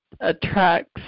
attracts